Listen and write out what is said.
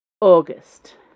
August